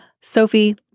Sophie